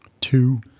Two